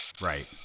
Right